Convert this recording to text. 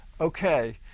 Okay